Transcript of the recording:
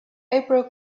april